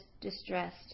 distressed